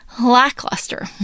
Lackluster